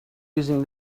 using